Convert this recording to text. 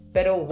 Pero